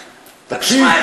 תקשיב,